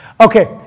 Okay